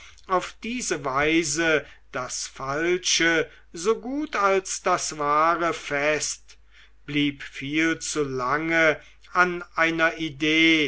auf diese weise das falsche so gut als das wahre fest blieb viel zu lange an einer idee